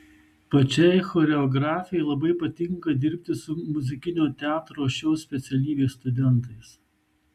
pačiai choreografei labai patinka dirbti su muzikinio teatro šios specialybės studentais